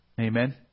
Amen